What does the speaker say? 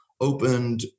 opened